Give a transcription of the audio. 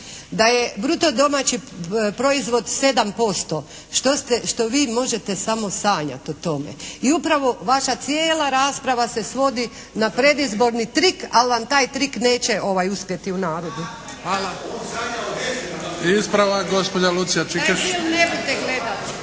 Da je bruto domaći proizvod 7%, što vi možete samo sanjati o tome. I upravo vaša cijela rasprava se svodi na predizborni trik ali vam taj trik neće uspjeti u narodu. Hvala. **Bebić, Luka (HDZ)** Ispravak gospođa Lucija Čikeš.